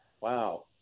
wow